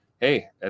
hey